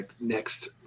next